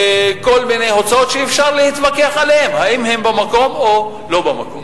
וכל מיני הוצאות שאפשר להתווכח עליהן אם הן במקום או לא במקום.